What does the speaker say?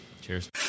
Cheers